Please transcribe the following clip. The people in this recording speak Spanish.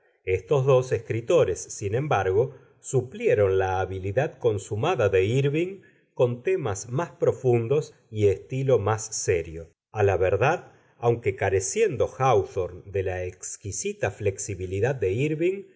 estos dos escritores sin embargo suplieron la habilidad consumada de írving con temas más profundos y estilo más serio a la verdad aunque careciendo háwthorne de la exquisita flexibilidad de írving